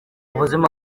ubuzima